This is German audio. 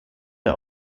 der